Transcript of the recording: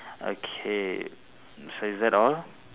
okay so is that all